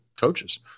coaches